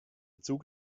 zug